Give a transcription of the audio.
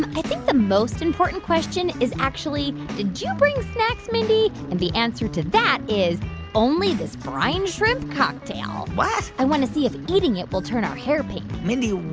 i think the most important question is actually, did you bring snacks, mindy? and the answer to that is only this brine shrimp cocktail what? i want to see if eating it will turn our hair pink mindy,